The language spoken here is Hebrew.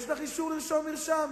יש לך אישור לרשום מרשם?